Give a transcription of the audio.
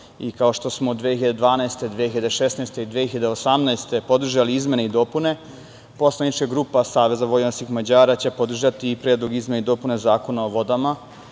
i kao što smo 2012, 2016. i 2018. godine podržali izmene i dopune, poslanička grupa Saveza vojvođanskih Mađara će podržati i Predlog izmene i dopune Zakona o vodama,